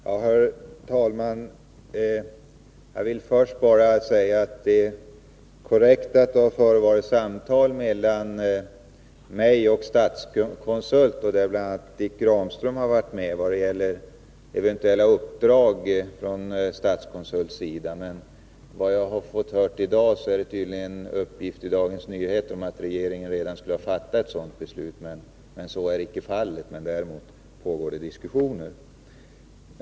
Herr talman! Jag vill först bara säga att det är korrekt att det har förts samtal mellan mig och Statskonsult, där bl.a. Dick Ramström varit med, om eventuella uppdrag från Statskonsults sida. Enligt vad jag har hört i dag har det tydligen funnits en uppgift i Dagens Nyheter om att regeringen redan skulle ha fattat ett sådant beslut. Så är icke fallet. Däremot pågår diskussioner.